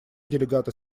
делегата